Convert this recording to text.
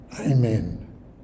Amen